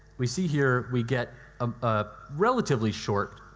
we see here, we get um a relatively short